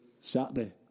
Saturday